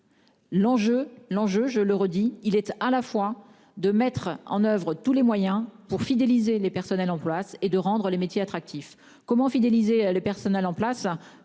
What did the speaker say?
l'enjeu, je le redis, il est à la fois de mettre en oeuvre tous les moyens pour fidéliser les personnels en place et de rendre le métier attractif comment fidéliser le personnel en place.